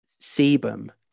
sebum